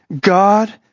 God